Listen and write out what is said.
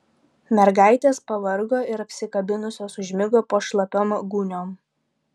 mergaitės pavargo ir apsikabinusios užmigo po šlapiom gūniom